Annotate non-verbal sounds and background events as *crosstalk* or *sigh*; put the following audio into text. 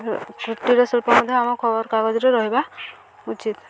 *unintelligible* କୁଟୀର ଶିଳ୍ପ ମଧ୍ୟ ଆମ ଖବରକାଗଜରେ ରହିବା ଉଚିତ୍